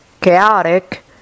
chaotic